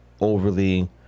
overly